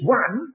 one